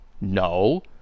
No